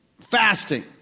fasting